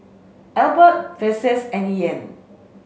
Elbert Vassie and Ian